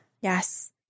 Yes